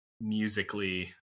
musically